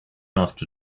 after